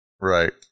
Right